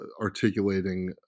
articulating